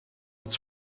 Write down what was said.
its